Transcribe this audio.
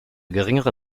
geringere